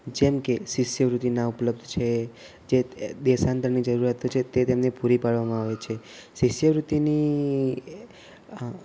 જેમકે શિષ્યવૃત્તિના ઉપલબ્ધ છે જે દેશાંતરની જરૂરીયાત છે તે તેમને પૂરી પાડવામાં આવે છે શિષ્યવૃત્તિની એ હા